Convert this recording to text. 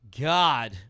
God